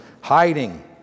Hiding